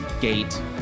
gate